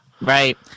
right